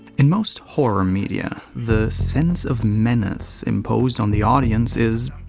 in most horror media, the sense of menace imposed on the audience is.